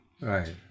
Right